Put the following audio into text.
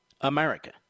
America